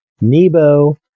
Nebo